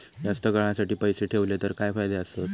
जास्त काळासाठी पैसे ठेवले तर काय फायदे आसत?